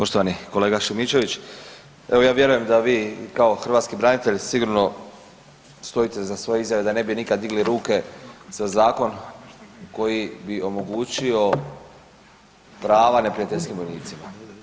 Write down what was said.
Poštovani kolega Šimičević, evo ja vjerujem da vi kao hrvatski branitelj sigurno stojite iza svoje izjave da ne bi nikad digli ruke za zakon koji bi omogućio prava neprijateljskim vojnicima.